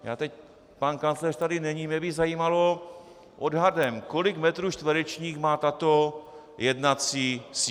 Já teď pan kancléř tady není mě by zajímalo odhadem, kolik metrů čtverečních má tato jednací síň.